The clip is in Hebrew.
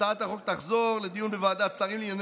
הצעת החוק תחזור לדיון בוועדת שרים לענייני